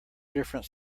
different